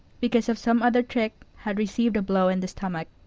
because of some other trick, had received a blow in the stomach.